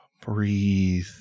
breathe